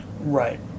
Right